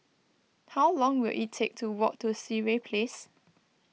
how long will it take to walk to Sireh Place